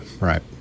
Right